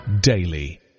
daily